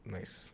Nice